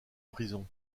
prison